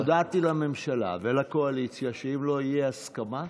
הודעתי לממשלה ולקואליציה שאם לא יהיו הסכמות